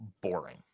boring